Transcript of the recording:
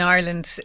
Ireland